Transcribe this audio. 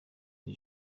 iri